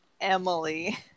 Emily